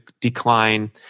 decline